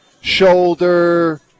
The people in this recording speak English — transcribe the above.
shoulder